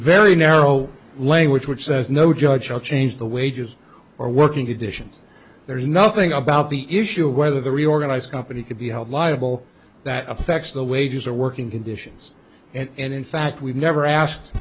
very narrow language which says no judge shall change the wages or working editions there is nothing about the issue whether the reorganized company could be held liable that affects the wages or working conditions and in fact we've never asked